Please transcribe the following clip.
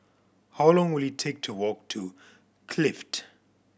how long will it take to walk to Clift